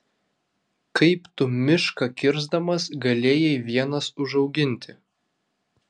kaip tu mišką kirsdamas galėjai vienas užauginti